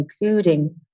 including